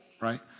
right